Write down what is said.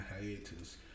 hiatus